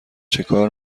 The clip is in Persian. چکار